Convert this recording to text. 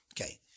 Okay